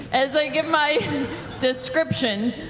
as i give my description,